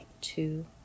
two